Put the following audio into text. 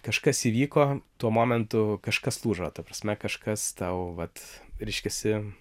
kažkas įvyko tuo momentu kažkas lūžo ta prasme kažkas tau vat reiškiasi